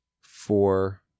four